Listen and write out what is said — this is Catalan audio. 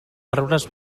arbres